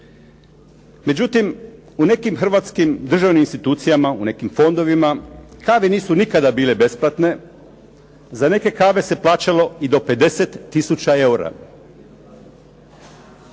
Međutim, u nekim hrvatskim državnim institucijama, u nekim fondovima kave nisu nikada bile besplatne, za neke se plaćalo i do 50 tisuća eura.